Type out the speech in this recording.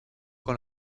con